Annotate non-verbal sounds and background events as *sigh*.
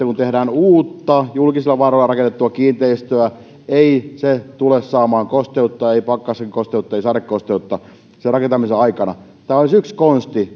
*unintelligible* kun tehdään uutta julkisilla varoilla rakennettua kiinteistöä niin se ei tule saamaan kosteutta ei pakkasen kosteutta ei sadekosteutta sen rakentamisen aikana tämä olisi yksi konsti *unintelligible*